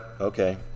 okay